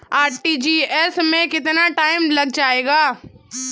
RTGS में कितना time लग जाएगा?